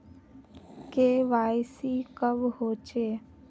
KYC कब होचे?